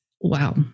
wow